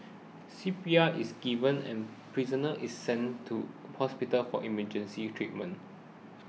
C P R is given and prisoner is sent to hospital for emergency treatment